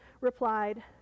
replied